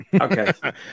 Okay